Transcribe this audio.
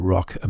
Rock